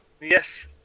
yes